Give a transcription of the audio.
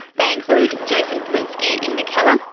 they include jason falinski in mackellar,